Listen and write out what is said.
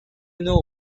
know